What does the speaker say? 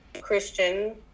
Christian